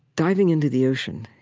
diving into the ocean,